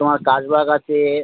তোমার কার্লসবার্গ আছে